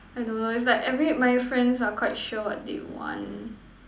I don't know it's like every my friends are quite sure what they want